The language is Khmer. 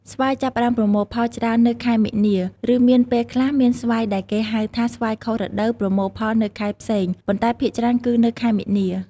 ស្វាយចាប់ផ្តើមប្រមូលផលច្រើននៅខែមីនា ឬមានពេលខ្លះមានស្វាយដែលគេហៅថាស្វាយខុសរដូវប្រមូលផលនៅខែផ្សេង ប៉ុន្តែភាគច្រើនគឺនៅខែមីនា។